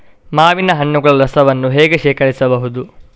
ಮಾವಿನ ಹಣ್ಣುಗಳ ರಸವನ್ನು ಹೇಗೆ ಶೇಖರಿಸಬಹುದು?